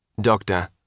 Doctor